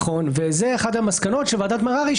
ואחת המסקנות של ועדת מררי,